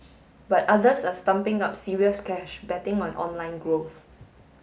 but others are stumping up serious cash betting on online growth